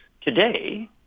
today